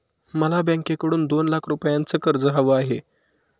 मला बँकेकडून दोन लाख रुपयांचं कर्ज हवं आहे